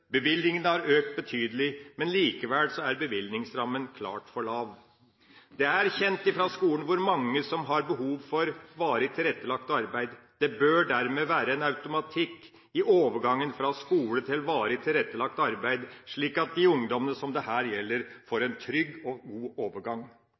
bevilgningene har økt betydelig, men likevel er bevilgningsrammen klart for lav. Det er kjent fra skolen hvor mange som har behov for varig tilrettelagt arbeid. Det bør dermed være en automatikk i overgangen fra skole til varig tilrettelagt arbeid, slik at de ungdommene dette gjelder, får